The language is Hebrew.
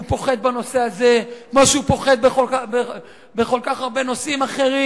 הוא פוחד בנושא הזה כמו שהוא פוחד בכל כך הרבה נושאים אחרים.